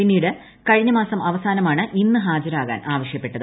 പിന്നീട് കഴിഞ്ഞമാസം അവസാനമാണ് ഇന്ന് ഹാജരാകാൻ ആവശ്യപ്പെട്ടത്